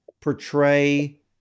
portray